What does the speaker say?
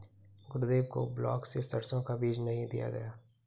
गुरुदेव को ब्लॉक से सरसों का बीज नहीं दिया गया